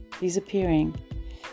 disappearing